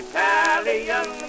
Italian